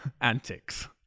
Antics